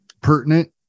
pertinent